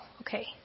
okay